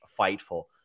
Fightful